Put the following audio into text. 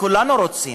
כולנו רוצים.